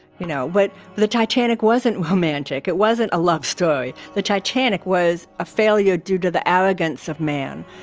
you know, but the titanic wasn't romantic. it wasn't a love story. the titanic was a failure due to the arrogance of man.